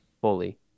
fully